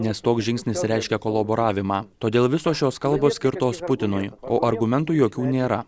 nes toks žingsnis reiškia kolaboravimą todėl visos šios kalbos skirtos putinui o argumentų jokių nėra